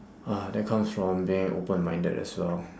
uh that comes from being open minded as well